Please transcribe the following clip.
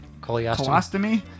Colostomy